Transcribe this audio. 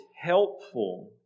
helpful